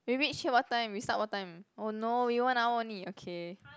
we reach here what time we start what time oh no we one hour only okay